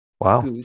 wow